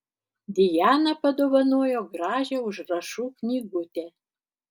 dijana padovanojo gražią užrašų knygutę